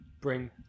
bring